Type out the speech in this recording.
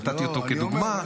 נתתי אותו כדוגמה -- לא,